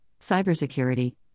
cybersecurity